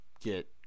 get